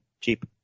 cheap